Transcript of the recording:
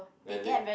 Benedict